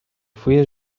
fulles